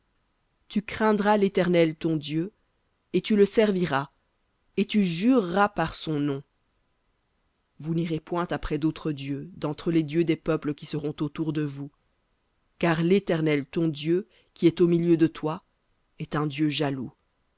tu craindras l'éternel ton dieu et tu le serviras et tu jureras par son nom vous n'irez point après d'autres dieux d'entre les dieux des peuples qui seront autour de vous car l'éternel ton dieu qui est au milieu de toi est un dieu jaloux